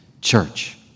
church